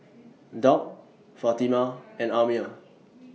Daud Fatimah and Ammir